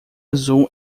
azul